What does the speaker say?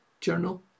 journal